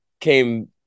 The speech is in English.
came